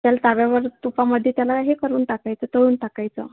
त्याला तव्यावर तुपामध्ये त्याला हे करून टाकायचं तळून टाकायचं